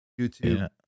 YouTube